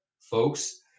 Folks